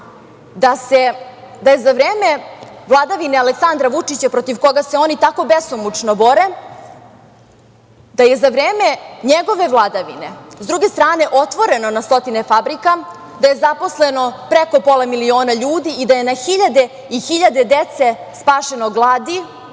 da je za vreme vladavine Aleksandra Vučića, protiv koga se oni tako besomučno bore, da je za vreme njegove vladavine sa druge strane otvoreno na stotine fabrika, da je zaposleno preko pola miliona ljudi i da je na hiljade i hiljade dece spašeno gladi,